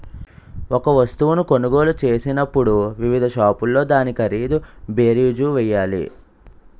ఒక వస్తువును కొనుగోలు చేసినప్పుడు వివిధ షాపుల్లో దాని ఖరీదు బేరీజు వేయాలి